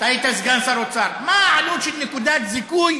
של נקודת זיכוי